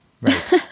Right